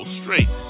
straight